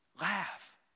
laugh